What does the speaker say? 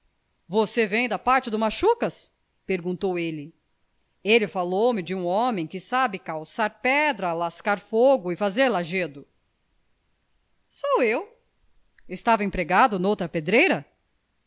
você vem da parte do machucas perguntou-lhe ele falou-me de um homem que sabe calçar pedra lascar fogo e fazer lajedo sou eu estava empregado em outra pedreira